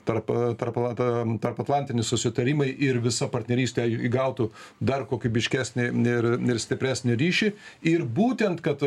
tarp tarp ta tarpatlantiniai susitarimai ir visa partnerystė į įgautų dar kokybiškesnį ir stipresnį ryšį ir būtent kad